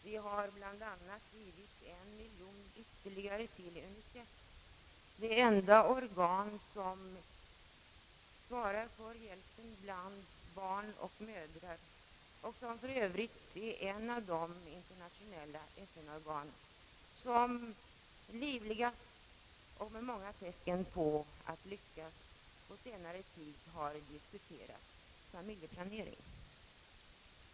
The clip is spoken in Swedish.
Vi har bl.a. givit en miljon ytterligare till UNICEF, det enda organ som svarar för hjälpen bland barn och mödrar och som för Övrigt är ett av de internationella FN-organ som livligast och med många tecken på att lyckas på senare tid har diskuterat familjeplaneringen.